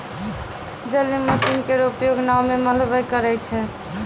जलीय मसीन केरो उपयोग नाव म मल्हबे करै छै?